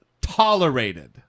tolerated